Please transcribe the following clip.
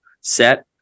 set